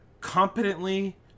competently